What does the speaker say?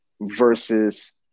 versus